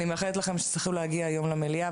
אני מאחלת לכם שתצליחו להגיע היום למליאה,